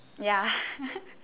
ya